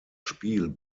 spiel